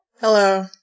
Hello